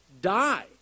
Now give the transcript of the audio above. Die